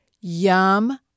Yum